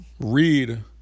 read